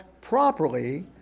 properly